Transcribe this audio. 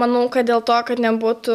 manau kad dėl to kad nebūtų